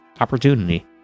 opportunity